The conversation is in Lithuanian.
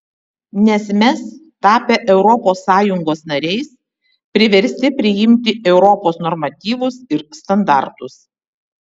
nes mes tapę europos sąjungos nariais priversti priimti europos normatyvus ir standartus